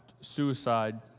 suicide